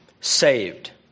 saved